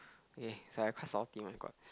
ya sorry I quite salty oh-my-god